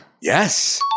Yes